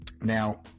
now